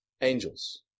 Angels